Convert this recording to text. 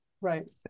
right